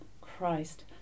Christ